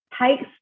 takes